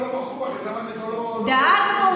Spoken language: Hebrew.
דאגנו,